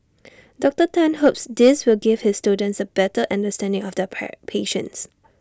Doctor Tan hopes this will give his students A better understanding of their pre patients